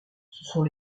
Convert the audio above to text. sont